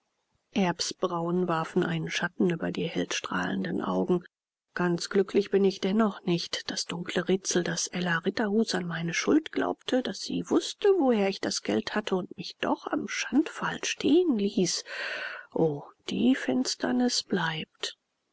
brauen warfen einen schatten über die hellstrahlenden augen ganz glücklich bin ich dennoch nicht das dunkle rätsel daß ella ritterhus an meine schuld glaubte daß sie wußte woher ich das geld hatte und mich doch am schandpfahl stehen ließ o die finsternis bleibt